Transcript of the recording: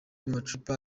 amacupa